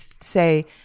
say